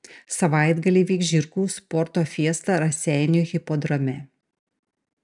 savaitgalį vyks žirgų sporto fiesta raseinių hipodrome